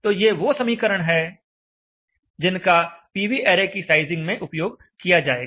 तो ये वो समीकरण हैं जिनका पीवी ऐरे की साइजिंग में उपयोग किया जाएगा